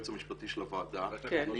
אני רק הייעוץ המשפטי של הוועדה, אני